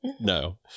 no